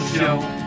Show